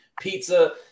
pizza